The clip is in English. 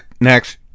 next